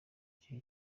cye